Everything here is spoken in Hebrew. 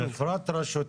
אבל מפרט רשותי,